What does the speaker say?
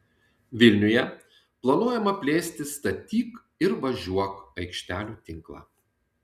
vilniuje planuojama plėsti statyk ir važiuok aikštelių tinklą